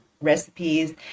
recipes